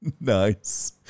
Nice